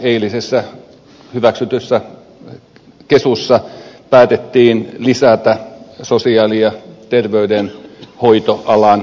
eilisessä hyväksytyssä kesussa päätettiin lisätä sosiaali ja terveydenhoitoalan aloituspaikkoja